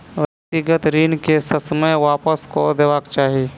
व्यक्तिगत ऋण के ससमय वापस कअ देबाक चाही